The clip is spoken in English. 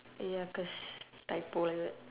ya cause typo